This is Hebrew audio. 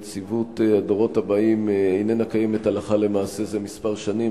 נציבות הדורות הבאים איננה קיימת הלכה למעשה זה כמה שנים.